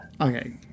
Okay